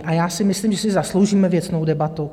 A já si myslím, že si zasloužíme věcnou debatu.